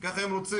כי ככה הם רוצים.